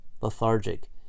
lethargic